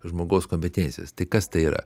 žmogaus kompetencijas tai kas tai yra